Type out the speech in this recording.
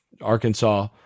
Arkansas